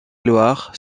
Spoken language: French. loire